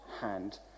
hand